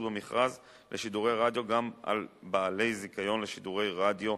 במכרז לשידורי רדיו גם על בעלי זיכיון לשידורי רדיו,